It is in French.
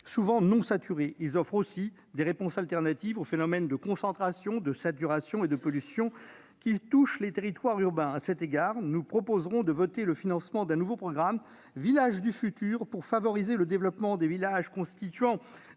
souvent non saturés. Ils offrent également des réponses alternatives aux phénomènes de concentration, de saturation et de pollution qui touchent les territoires urbains. À cet égard, nous proposerons de voter le financement d'un nouveau programme, intitulé Villages du futur, pour favoriser le développement des villages constituant